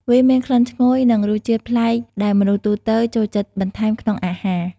វាមានក្លិនឈ្ងុយ និងរសជាតិប្លែកដែលមនុស្សទូទៅចូលចិត្តបន្ថែមក្នុងអាហារ។